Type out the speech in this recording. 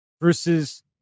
versus